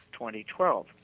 2012